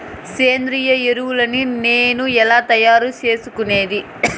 సేంద్రియ ఎరువులని నేను ఎలా తయారు చేసుకునేది?